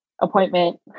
appointment